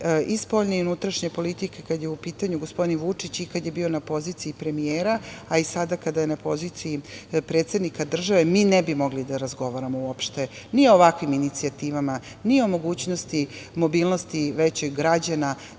i spoljne i unutrašnje politike kada je u pitanju gospodin Vučić, i kada je bio na poziciji premijera, a i sada kada je na poziciji predsednika države, mi ne bi mogli da razgovaramo uopšte ni o ovakvim inicijativama, ni o mogućnosti mobilnosti građana,